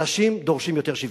אנשים דורשים יותר שוויון,